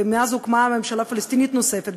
ומאז הוקמה ממשלה פלסטינית נוספת,